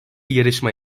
yarışma